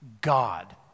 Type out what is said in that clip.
God